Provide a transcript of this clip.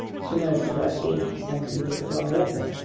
which emerged about eighty centimeters above water.